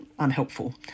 unhelpful